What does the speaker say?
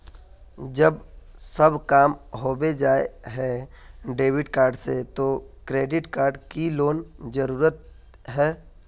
जब सब काम होबे जाय है डेबिट कार्ड से तो क्रेडिट कार्ड की कोन जरूरत है?